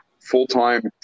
full-time